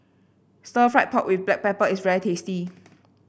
Stir Fried Pork with Black Pepper is very tasty